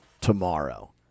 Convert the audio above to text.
tomorrow